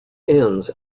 ends